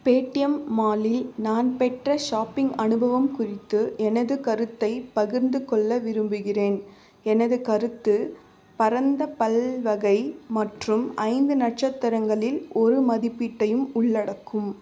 Paytm மாலில் நான் பெற்ற ஷாப்பிங் அனுபவம் குறித்து எனது கருத்தைப் பகிர்ந்து கொள்ள விரும்புகிறேன் எனது கருத்து பரந்த பல்வகை மற்றும் ஐந்து நட்சத்திரங்களில் ஒரு மதிப்பீட்டையும் உள்ளடக்கும்